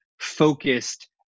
focused